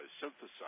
synthesize